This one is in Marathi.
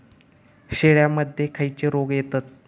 शेळ्यामध्ये खैचे रोग येतत?